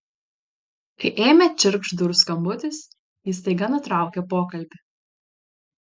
kai ėmė čirkšt durų skambutis ji staiga nutraukė pokalbį